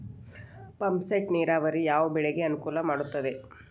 Pump set ನೇರಾವರಿ ಯಾವ್ ಬೆಳೆಗೆ ಅನುಕೂಲ ಮಾಡುತ್ತದೆ?